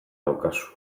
daukazu